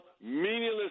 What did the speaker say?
meaningless